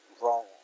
wrong